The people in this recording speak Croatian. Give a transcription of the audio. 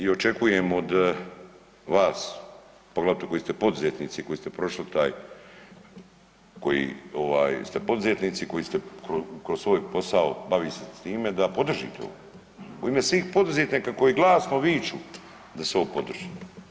I očekujem od vas poglavito koji ste poduzetnici koji ste prošli taj koji ste poduzetnici koji ste kroz svoj posao bavite se s time da podržite ovo u ime svih poduzetnika koji glasno viču da se ovo podrži.